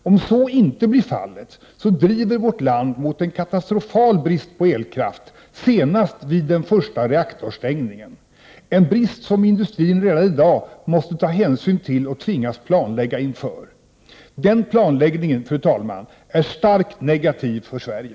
Om så ej blir fallet, driver vårt land mot en katastrofal brist på elkraft senast vid den första reaktorstängningen, en brist som industrin redan i dag måste ta hänsyn till och tvingas planlägga inför. Den planläggningen är starkt negativ för Sverige!